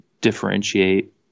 differentiate